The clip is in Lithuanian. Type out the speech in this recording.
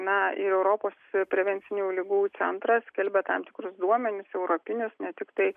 na ir europos prevencinių ligų centras skelbia tam tikrus duomenis europinius ne tiktai